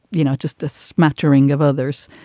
you know, just a smattering of others.